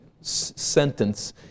sentence